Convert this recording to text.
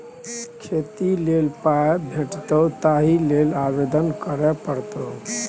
खेती लेल पाय भेटितौ ताहि लेल आवेदन करय पड़तौ